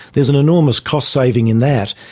there is an enormous cost saving in that,